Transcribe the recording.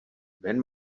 wenn